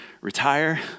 retire